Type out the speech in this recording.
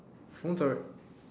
phones are